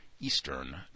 Eastern